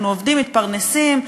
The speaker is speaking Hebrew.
אנחנו עובדים, מתפרנסים.